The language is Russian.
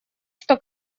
что